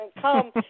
come